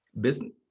Business